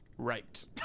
Right